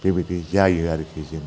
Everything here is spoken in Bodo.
बेबादि जायो आरोखि जोङो